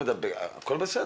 והכול בסדר.